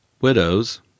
Widows